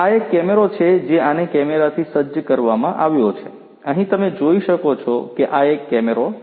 આ એક કેમેરો છે જે આને કેમેરાથી સજ્જ કરવામાં આવ્યો છે અહીં તમે જોઈ શકો છો કે આ એક કેમેરો છે